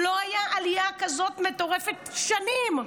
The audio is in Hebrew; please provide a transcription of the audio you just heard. לא הייתה עלייה כזאת מטורפת שנים.